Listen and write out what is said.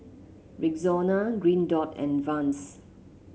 Rexona Green Dot and Vans